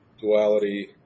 duality